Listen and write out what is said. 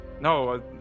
No